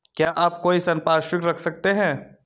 क्या आप कोई संपार्श्विक रख सकते हैं?